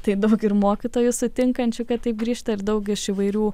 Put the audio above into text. taip daug ir mokytojų sutinkančių kad taip grįžta ir daug iš įvairių